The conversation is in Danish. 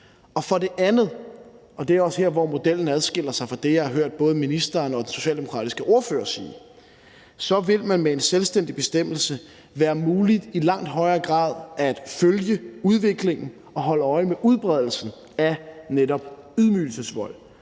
For det andet – og det er her, hvor modellen adskiller sig fra det, jeg har hørt både ministeren og den socialdemokratiske ordfører sige – vil det med en selvstændig bestemmelse være muligt i langt højere grad at følge udviklingen og holde øje med udbredelsen af netop ydmygelsesvold.